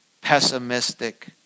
pessimistic